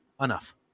enough